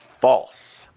False